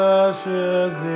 ashes